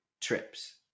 trips